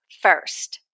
first